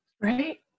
Right